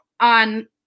on